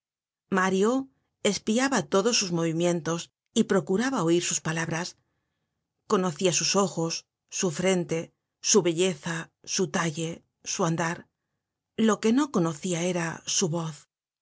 mario espiaba todos sus movimientos y procuraba oir sus palabras conocia sus ojos su frente su belleza su talle su andar lo que no conocia era su voz